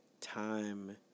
time